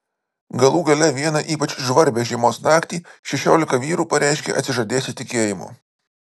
galų gale vieną ypač žvarbią žiemos naktį šešiolika vyrų pareiškė atsižadėsią tikėjimo